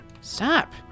stop